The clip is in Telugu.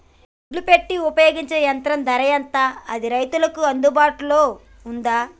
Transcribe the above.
ఒడ్లు పెట్టే ఉపయోగించే యంత్రం ధర ఎంత అది రైతులకు అందుబాటులో ఉందా?